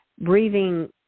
breathing